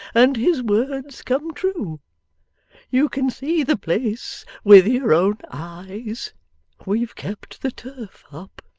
and his words come true you can see the place with your own eyes we've kept the turf up,